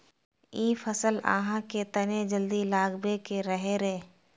इ फसल आहाँ के तने जल्दी लागबे के रहे रे?